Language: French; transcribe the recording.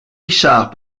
richard